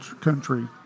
country